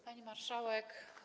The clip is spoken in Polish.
Pani Marszałek!